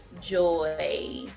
joy